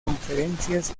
conferencias